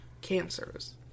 Cancers